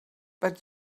but